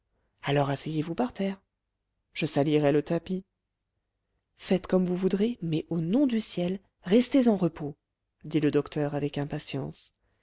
alors asseyez-vous par terre je salirais le tapis faites comme vous voudrez mais au nom du ciel restez en repos dit le docteur avec impatience